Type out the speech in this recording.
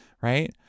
Right